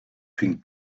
pink